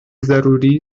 ضروری